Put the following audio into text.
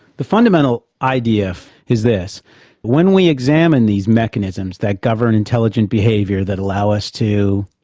the fundamental idea is this when we examine these mechanisms that govern intelligent behaviour, that allow us to,